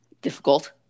difficult